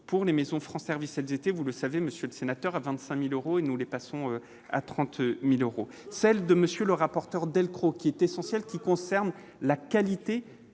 pour les maisons, France, service, elles étaient, vous le savez, Monsieur le Sénateur, à 25000 euros et nous les passons à 30000 euros, celle de monsieur le rapporteur Delcros, qui est essentiel, qui concerne la qualité